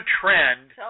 trend